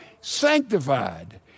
sanctified